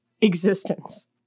existence